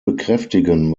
bekräftigen